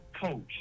coach